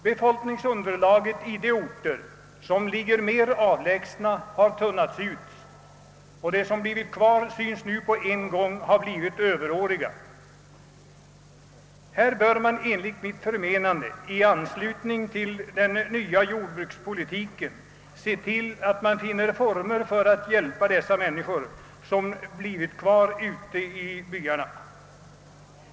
Befolkningsunderlaget i de orter, som ligger mer avlägsna, har tunnats ut, och de som blivit kvar synes nu på en gång ha blivit överåriga. Här bör man enligt mitt förmenande i anslutning till den nya jordbrukspolitiken se till att man finner former för att hjälpa de människor, som blivit kvar ute i bygderna.